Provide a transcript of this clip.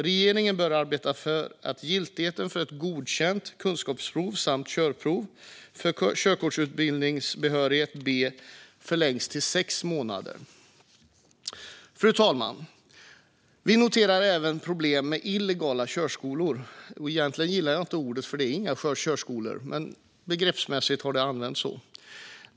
Regeringen bör arbeta för att giltighetstiden för ett godkänt kunskapsprov samt körprov för körkortsbehörighet B förlängs till sex månader. Fru talman! Vi noterar även problem med illegala körskolor. Jag gillar egentligen inte det begreppet, för det är inga körskolor, men det är det begrepp som används.